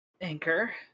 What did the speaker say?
Anchor